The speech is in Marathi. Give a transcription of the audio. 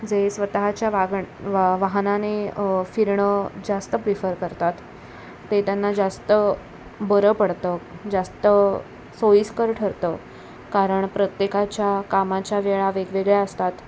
जे स्वतःच्या वागण वा वाहनाने फिरणं जास्त प्रिफर करतात ते त्यांना जास्त बरं पडतं जास्त सोयीस्कर ठरतं कारण प्रत्येकाच्या कामाच्या वेळा वेगवेगळ्या असतात